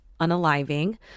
unaliving